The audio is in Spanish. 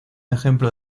ejemplo